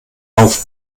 auf